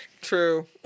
True